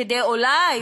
כדי אולי,